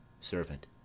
Servant